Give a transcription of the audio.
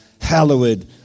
Hallowed